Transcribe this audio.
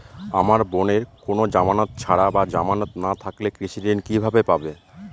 আমার বোনের কোন জামানত ছাড়া বা জামানত না থাকলে কৃষি ঋণ কিভাবে পাবে?